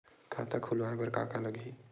खाता खुलवाय बर का का लगही?